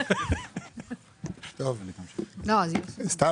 יש לכם נתונים סוציו